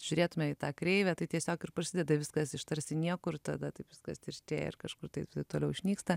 žiūrėtume į tą kreivę tai tiesiog ir prasideda viskas iš tarsi niekur tada taip viskas tirštėja ir kažkur taip toliau išnyksta